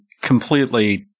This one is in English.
completely